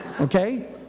Okay